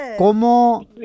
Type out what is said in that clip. ¿Cómo